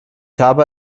habe